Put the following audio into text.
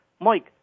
Mike